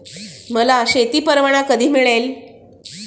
मला शेती परवाना कधी मिळेल?